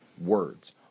words